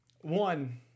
One